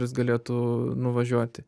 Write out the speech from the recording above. jis galėtų nuvažiuoti